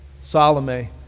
Salome